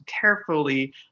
carefully